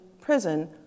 prison